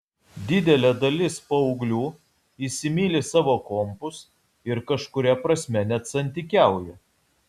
didelė dalis paauglių įsimyli savo kompus ir kažkuria prasme net santykiauja